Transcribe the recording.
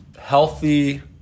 healthy